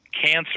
cancer